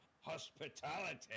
hospitality